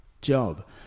job